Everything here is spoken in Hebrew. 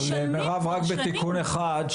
כן אבל מרב רק בתיקון אחד,